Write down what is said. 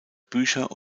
bücher